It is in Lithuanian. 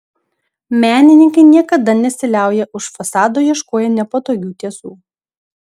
menininkai niekada nesiliauja už fasado ieškoję nepatogių tiesų